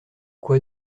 quoi